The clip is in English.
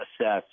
assess